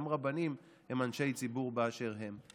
גם רבנים הם אנשי ציבור, באשר הם.